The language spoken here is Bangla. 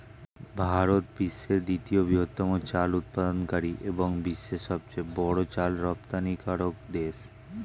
ভারত বিশ্বের দ্বিতীয় বৃহত্তম চাল উৎপাদনকারী এবং বিশ্বের সবচেয়ে বড় চাল রপ্তানিকারক দেশ